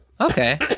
Okay